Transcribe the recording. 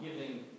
giving